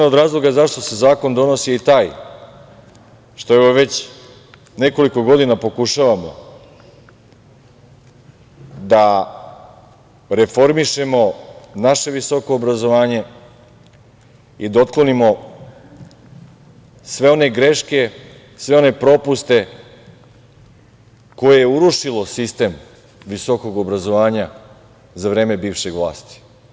Jedan od razloga zašto se zakon donosi je taj što već nekoliko godina pokušavamo da reformišemo naše visoko obrazovanje i da otklonimo sve one greške, sve one propuste koje je urušilo sistem visokog obrazovanja za vreme bivše vlasti.